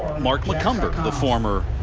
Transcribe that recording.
mark mccumbar the former